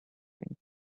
things